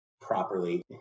properly